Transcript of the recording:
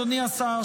אדוני השר,